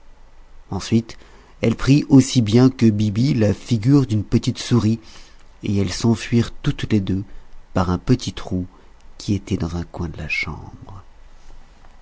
ensuite elle prit aussi bien que biby la figure d'une petite souris et elles s'enfuirent toutes les deux par un petit trou qui était dans un coin de la chambre